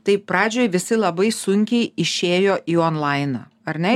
taip pradžioj visi labai sunkiai išėjo į onlainą ar ne